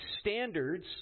standards